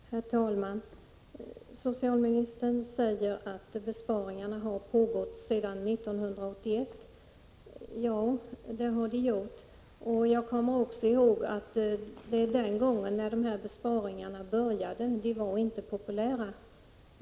Herr talman! Socialministern säger att besparingarna har pågått sedan 1981. Ja, det har de gjort. Jag kommer också ihåg att den gång då besparingarna började var de inte populära.